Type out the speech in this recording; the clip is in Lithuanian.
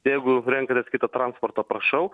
jeigu renkatės kitą transportą prašau